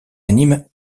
anime